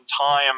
time